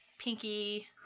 pinky